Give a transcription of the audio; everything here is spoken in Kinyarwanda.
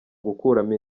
gukuramo